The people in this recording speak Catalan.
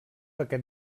aquest